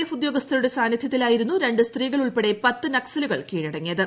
F ഉദ്യോഗസ്ഥരുടെ സാന്നിധൃത്തിലായിരുന്നു രണ്ടു സ്ത്രീകൾ ഉൾപ്പെടെ പത്ത് നക്സലുകൾ കീഴടങ്ങിയത്